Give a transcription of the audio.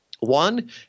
One